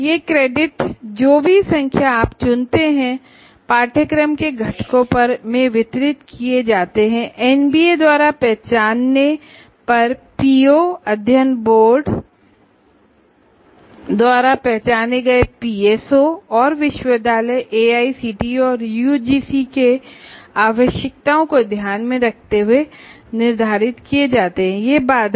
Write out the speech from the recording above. ये क्रेडिट जो भी संख्या आप चुनते हैं करिकुलर कंपोनेंट में वितरित किए जाते हैं जिसको एनबीए द्वारा पहचाने गए पीओ बोर्ड ऑफ स्टडीज jiद्वारा पहचाने गए पीएसओ और विश्वविद्यालय एआईसीटीई और यूजीसी की आवश्यकताओं को ध्यान में रखते हुए निर्धारित किए जाताहैं